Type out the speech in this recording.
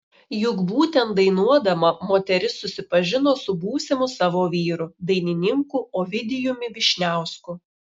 juk būtent dainuodama moteris susipažino su būsimu savo vyru dainininku ovidijumi vyšniausku